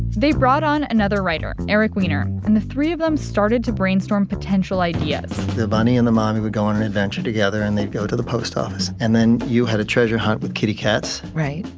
they brought on another writer, eric weiner, and the three of them started to brainstorm potential ideas the bunny and the mommy would go on an adventure together, and they'd go to the post office, and then you had a treasure hunt with kitty cats right.